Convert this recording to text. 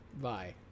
Bye